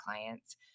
clients